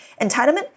Entitlement